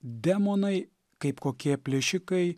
demonai kaip kokie plėšikai